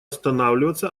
останавливаться